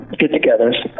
get-togethers